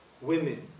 women